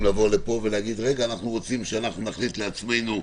לבוא לפה ולהגיד: אנחנו רוצים להחליט לעצמנו,